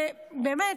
באמת,